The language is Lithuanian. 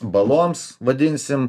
baloms vadinsim